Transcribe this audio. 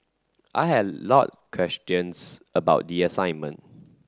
I had a lot of questions about the assignment